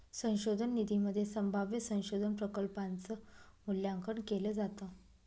संशोधन निधीमध्ये संभाव्य संशोधन प्रकल्पांच मूल्यांकन केलं जातं